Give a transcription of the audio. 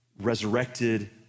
resurrected